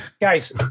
Guys